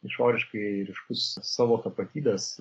išoriškairyškus savo tapatybės